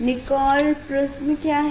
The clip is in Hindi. निकोल प्रिस्म क्या है